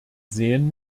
sehen